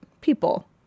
people